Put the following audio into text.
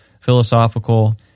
philosophical